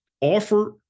offer